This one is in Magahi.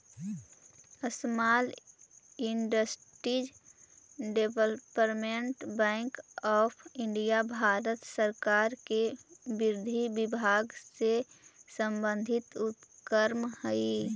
small industries development bank of India Bharat सरकार के विधि विभाग से संबंधित उपक्रम हइ